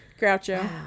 Groucho